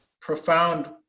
profound